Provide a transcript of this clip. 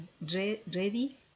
ready